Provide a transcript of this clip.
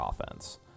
offense